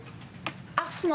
עכשיו,